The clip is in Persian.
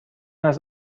است